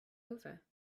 over